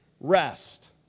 rest